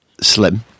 slim